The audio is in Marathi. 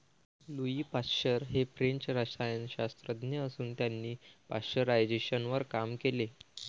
लुई पाश्चर हे फ्रेंच रसायनशास्त्रज्ञ असून त्यांनी पाश्चरायझेशनवर काम केले